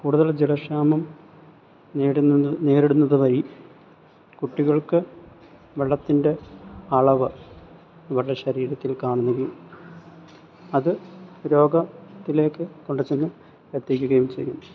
കൂടുതൽ ജലക്ഷാമം നേരുന്നതും നേരിടുന്നത് വഴി കുട്ടികൾക്ക് വെള്ളത്തിൻ്റെ അളവ് അവർടെ ശരീരത്തിൽ കാണുന്നതും അത് രോഗത്തിലേക്ക് കൊണ്ടുചെന്ന് എത്തിക്കുകയും ചെയ്യും